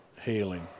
healing